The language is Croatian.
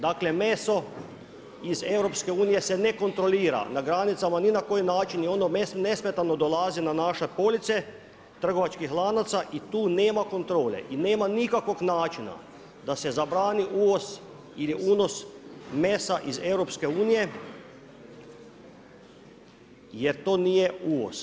Dakle meso iz EU se ne kontrolira na granicama ni na koji način i ono nesmetano dolazi na naše police trgovačkih lanaca i tu nema kontrole i nema nikakvog načina da se zabrani uvoz ili unos mesa iz EU, jer to nije uvoz.